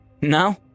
No